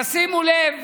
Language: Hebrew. תשימו לב